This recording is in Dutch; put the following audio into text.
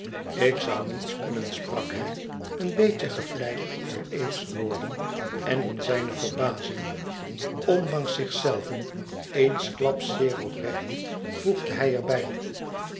ik zoû niets kunnen sprak hij een beetje gevleid door eve's woorden en in zijne verbazing ondanks zichzelven eensklaps zeer oprecht voegde hij er